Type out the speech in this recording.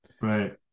Right